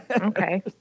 Okay